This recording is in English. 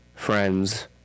friends